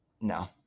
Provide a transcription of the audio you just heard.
No